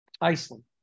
Iceland